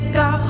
go